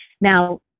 Now